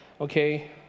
Okay